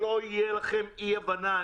שלא תהיה לכם אי הבנה.